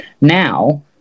now